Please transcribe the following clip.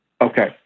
Okay